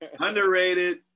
Underrated